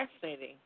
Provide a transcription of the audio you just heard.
fascinating